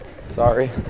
Sorry